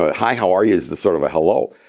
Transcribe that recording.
ah hi, how are you? is the sort of a hello.